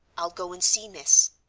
i'll go and see, miss.